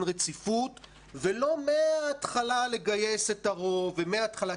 רציפות ולא מהתחלה לגייס את הרוב ומהתחלה,